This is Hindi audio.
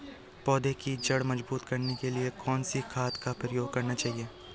पौधें की जड़ मजबूत करने के लिए कौन सी खाद का प्रयोग करना चाहिए?